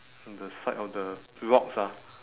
on the side on the rocks ah